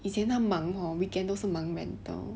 以前他忙 hor weekend 都是忙 rental